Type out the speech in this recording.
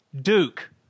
Duke